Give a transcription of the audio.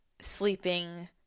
sleeping